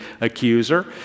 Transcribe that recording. accuser